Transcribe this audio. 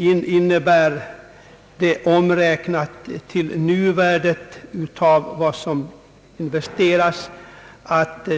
Efter omräkning till nuvärde av vad som investe rats och